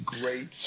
great